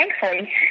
thankfully